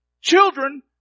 Children